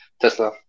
Tesla